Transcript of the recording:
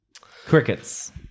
Crickets